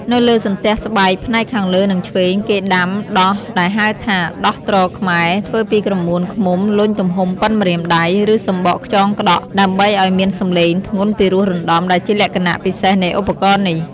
នៅលើសន្ទះស្បែកផ្នែកខាងលើនិងឆ្វេង គេដាំ "ដោះ" ដែលហៅថា "ដោះទ្រខ្មែរ" ធ្វើពីក្រមួនឃ្មុំលុញទំហំប៉ុនម្រាមដៃ ឬសំបកខ្យងក្តក់ ដើម្បីឲ្យមានសំឡេងធ្ងន់ពីរោះរណ្ដំដែលជាលក្ខណៈពិសេសនៃឧបករណ៍នេះ។